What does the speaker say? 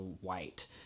white